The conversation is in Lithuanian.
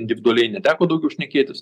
individualiai neteko daugiau šnekėtis